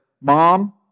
Mom